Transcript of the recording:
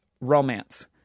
romance